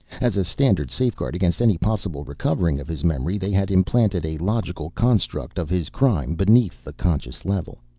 as a standard safeguard against any possible recovering of his memory, they had implanted a logical construct of his crime beneath the conscious level.